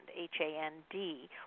H-A-N-D